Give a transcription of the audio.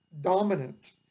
dominant